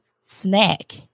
snack